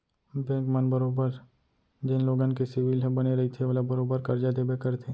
bank मन बरोबर जेन लोगन के सिविल ह बने रइथे ओला बरोबर करजा देबे करथे